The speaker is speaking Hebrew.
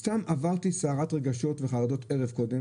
סתם עברתי סערת רגשות וחרדות ערב קודם